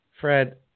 Fred